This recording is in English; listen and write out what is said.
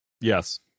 yes